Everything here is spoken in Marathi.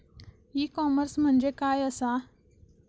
ई कॉमर्स म्हणजे काय असा?